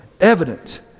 evident